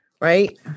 right